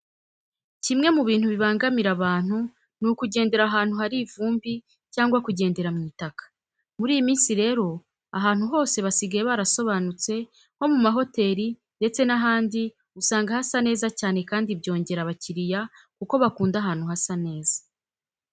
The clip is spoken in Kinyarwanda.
Kimwe mu bintu bibangamira abantu ni ukugendera ahantu hari ivumbi cyangwa kugendera mu itaka. Muri iyi minshi rero ahantu hose basigaye barasobanutse nko mu mahoteri ndetse n'ahandi usanga hasa neza cyane kandi byongera abakiriya kuko bakunda ahantu hasa neza.